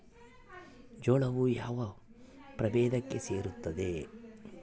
ಜೋಳವು ಯಾವ ಪ್ರಭೇದಕ್ಕೆ ಸೇರುತ್ತದೆ?